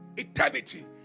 eternity